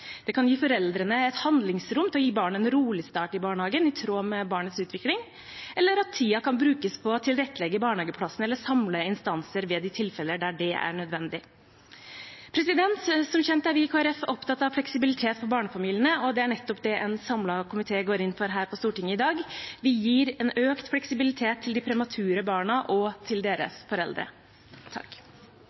Det kan gi foreldrene et handlingsrom til å gi barnet en rolig start i barnehagen, i tråd med barnets utvikling, eller til at tiden kan brukes på å tilrettelegge barnehageplassen eller samle instanser ved de tilfellene der det er nødvendig. Som kjent er vi i Kristelig Folkeparti opptatt av fleksibilitet for barnefamiliene, og det er nettopp det en samlet komité går inn for her på Stortinget i dag. Vi gir en økt fleksibilitet til de premature barna og til deres foreldre.